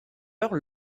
heure